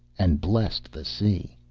and blessed the sea,